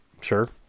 sure